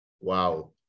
Wow